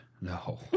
No